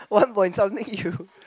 one point something you